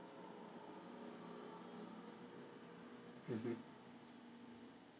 mmhmm